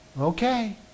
Okay